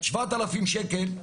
7,000 שקלים,